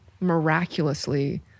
miraculously